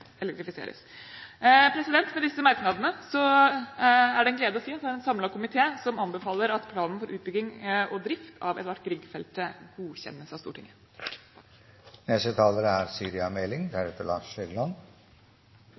elektrifiseres. Med disse merknadene er det en glede å si at det er en samlet komité som anbefaler at planen for utbygging og drift av Edvard Grieg-feltet godkjennes av Stortinget. Det er